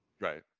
right